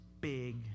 big